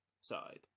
side